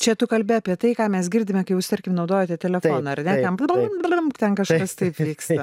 čia tu kalbi apie tai ką mes girdime kai jūs tarkim naudojate telefoną ar ne ten blm blm ten kažkas taip vyksta